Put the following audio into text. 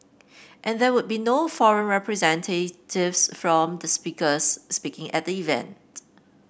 and there would be no foreign representatives from the speakers speaking at the event